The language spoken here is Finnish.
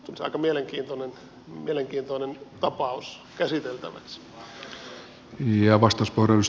se olisi aika mielenkiintoinen tapaus käsiteltäväksi